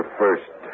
first